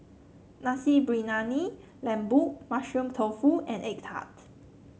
Nasi Briyani Lembu Mushroom Tofu and egg tart